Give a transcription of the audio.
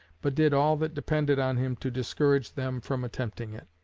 but did all that depended on him to discourage them from attempting it.